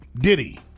Diddy